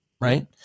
Right